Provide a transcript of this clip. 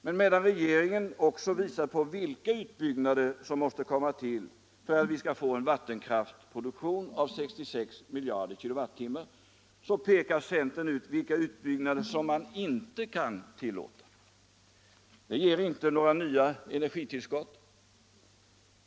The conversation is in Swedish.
Men medan regeringen också visar på vilka utbyggnader som måste komma till stånd för att vi skall få en vattenkraftsproduktion av 66 miljarder KWh, pekar centern ut vilka utbyggnader man inte kan tillåta. Det ger inte några energitillskott.